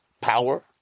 power